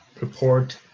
report